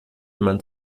man